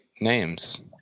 names